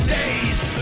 days